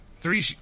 three